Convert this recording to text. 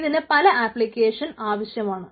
ഇതിന് പല ആപ്ലിക്കേഷൻ ആവശ്യമുണ്ട്